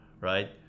right